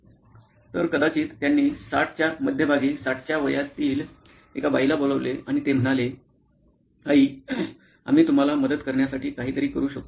तर कदाचित त्यांनी 60 च्या मध्यभागी 60 च्या वयातील एका बाईला बोलावले आणि ते म्हणाले आई आम्ही तुम्हाला मदत करण्यासाठी काहीतरी करू शकतो